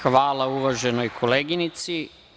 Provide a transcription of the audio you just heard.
Hvala, uvaženoj koleginici.